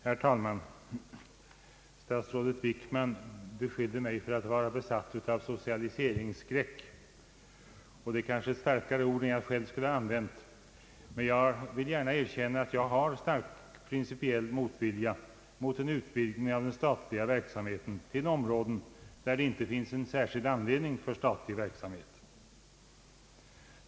Herr talman! Statsrådet Wickman beskyllde mig för att vara besatt av socialiseringsskräck. Det är kanske ett starkare ord än jag själv skulle använt, men jag vill erkänna att jag har stark principiell motvilja mot en utvidgning av den statliga verksamheten till områden där det inte finns särskild anledning till sådan.